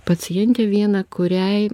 pacientę viena kuriai